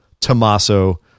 Tommaso